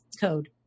code